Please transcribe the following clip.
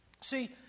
See